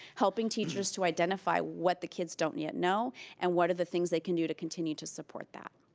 helping teachers to identify what the kids don't yet know and what are the things they can do to continue to support that.